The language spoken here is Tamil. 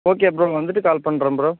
ஓகே ப்ரோ வந்துவிட்டு கால் பண்ணுறேன் ப்ரோ